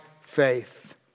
faith